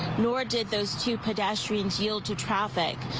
nor did those two pedestrians yield to traffic.